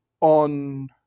On